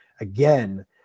again